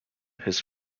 his